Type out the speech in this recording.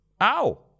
Ow